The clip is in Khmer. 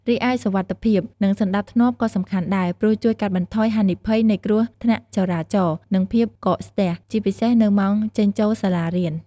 រីឯសុវត្ថិភាព និងសណ្ដាប់ធ្នាប់ក៏សំខាន់ដែរ ព្រោះជួយកាត់បន្ថយហានិភ័យនៃគ្រោះថ្នាក់ចរាចរណ៍ និងភាពកកស្ទះ ជាពិសេសនៅម៉ោងចេញចូលសាលារៀន។